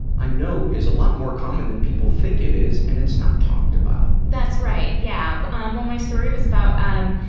i know is a lot more common than people think it is, and it's not talked about. that's right, yeah. um well, my story was about, um,